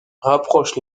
rapproche